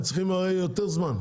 הרי הם צריכים יותר זמן.